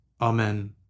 Amen